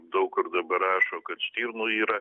daug kur dabar rašo kad stirnų yra